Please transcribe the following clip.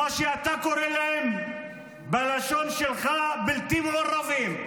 מי שאתה קורא להם בלשון שלך "בלתי מעורבים";